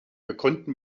gekonnten